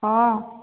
ହଁ